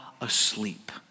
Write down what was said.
asleep